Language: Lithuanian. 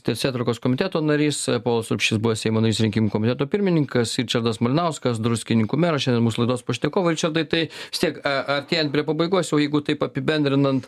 teisėtvarkos komiteto narys povilas urbšys buvęs seimo narys rinkimų komiteto pirmininkas ričardas malinauskas druskininkų meras šiandien mūsų laidos pašnekovai ričardai tai vis tiek artėjant prie pabaigos jau jeigu taip apibendrinant